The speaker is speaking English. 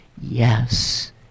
yes